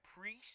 priest